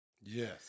yes